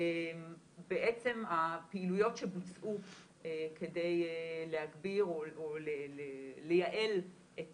בעצם הפעילויות שבוצעו כדי להגביר או לייעל את